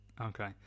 Okay